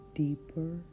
deeper